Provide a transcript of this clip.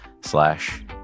slash